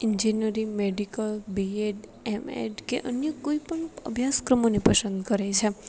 engineering medical B Ed M Ed કે અન્ય કોઈ પણ અભ્યાસક્રમોને પસંદ કરે છે